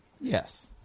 Yes